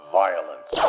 violence